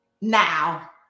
now